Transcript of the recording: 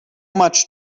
much